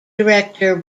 director